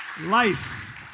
life